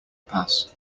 pass